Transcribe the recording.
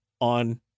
on